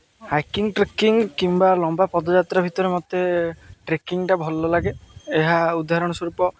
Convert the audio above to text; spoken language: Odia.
ହାଇକିଂ ଟ୍ରେକିଂ କିମ୍ବା ଲମ୍ବା ପଦଯାତ୍ରା ଭିତରେ ମୋତେ ଟ୍ରେକିଂଟା ଭଲ ଲାଗେ ଏହା ଉଦାହରଣ ସ୍ୱରୂପ